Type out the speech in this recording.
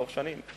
לאורך שנים.